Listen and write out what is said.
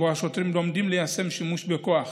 שבו השוטרים לומדים ליישם שימוש בכוח,